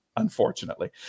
Unfortunately